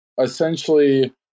Essentially